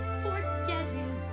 forgetting